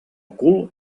cul